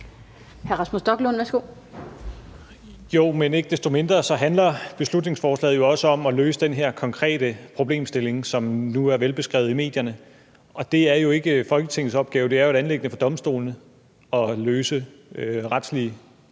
Rasmus Stoklund (S): Jo, men ikke desto mindre handler beslutningsforslaget jo også om at løse den her konkrete problemstilling, som nu er velbeskrevet i medierne, og det er jo ikke Folketingets opgave. Det er jo et anliggende for domstolene at løse retslige